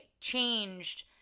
changed